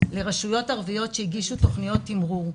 לרשויות ערביות שהגישו תוכניות תמרור.